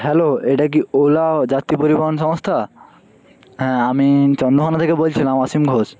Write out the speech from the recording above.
hello এটা কি ওলা যাত্রী পরিবহন সংস্থা হ্যাঁ আমি চন্দ্রকোনা থেকে বলছিলাম অসীম ঘোষ